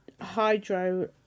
hydro